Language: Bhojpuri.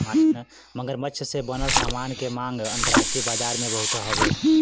मगरमच्छ से बनल सामान के मांग अंतरराष्ट्रीय बाजार में बहुते हउवे